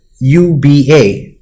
UBA